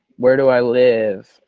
where do i live?